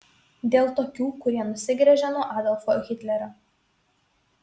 dėl tokių kurie nusigręžė nuo adolfo hitlerio